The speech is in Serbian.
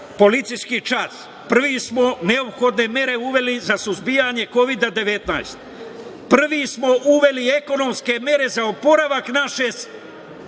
policijski čas, prvi smo neophodne mere uveli za suzbijanje Kovida 19, prvi smo uveli ekonomske mere za oporavak naše